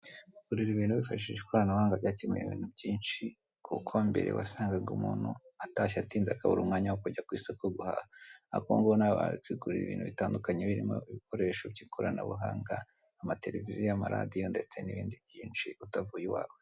Kugura ibintu wifashishije ikoranabuhanga byakemuye ibintu byinshi kuko mbere wasangaga umuntu atashye atinze akabura umwanya wo kujya ku isoko guhaha ariko ubungubu nawe wakigurira ibintu bitandukanye birimo ibikoresho by'ikoranabuhanga, amatereviziyo, amaradiyo ndetse n'ibindi byinshi utavuye iwawe.